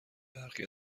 برخی